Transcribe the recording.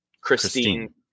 Christine